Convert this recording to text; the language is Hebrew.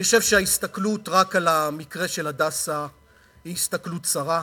אני חושב שההסתכלות רק על המקרה של "הדסה" היא הסתכלות צרה.